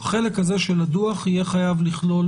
החלק הזה של הדוח יהיה חייב לכלול